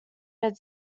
mid